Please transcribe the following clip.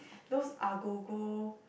those agogo